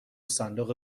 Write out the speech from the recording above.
صندوق